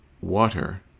water